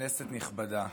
כנסת נכבדה,